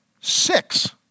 six